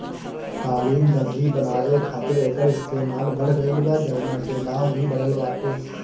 कालीन, दर्री बनावे खातिर एकर इस्तेमाल बढ़ गइल बा, जवना से दाम भी बढ़ल बाटे